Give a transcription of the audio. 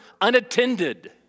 unattended